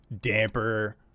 damper